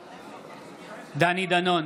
בעד דני דנון,